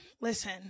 Listen